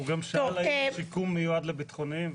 הוא גם שאל האם השיקום מיועד לביטחוניים,